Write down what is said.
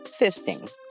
fisting